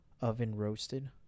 oven-roasted